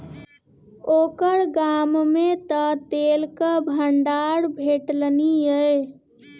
ओकर गाममे तँ तेलक भंडार भेटलनि ये